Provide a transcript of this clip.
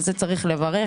על זה צריך לברך